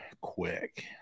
quick